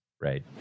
right